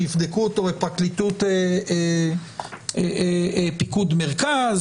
שיבדקו אותו בפרקליטות פיקוד מרכז?